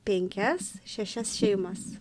penkias šešias šeimas